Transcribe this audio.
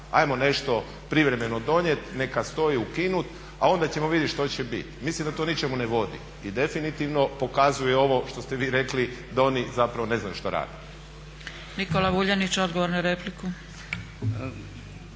ajmo nešto privremeno donijeti neka stoji pa ukinut, a onda ćemo vidjeti što će biti. Mislim da to ničemu ne vodi. I definitivno pokazuje ovo što ste vi rekli da oni zapravo ne znaju što rade. **Zgrebec, Dragica (SDP)** Nikola Vuljanić, odgovor na repliku.